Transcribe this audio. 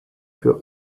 für